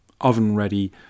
oven-ready